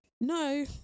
No